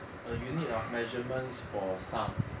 a unit of measurements for sound